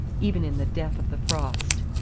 even in the death of the frost.